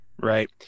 right